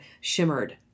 shimmered